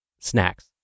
snacks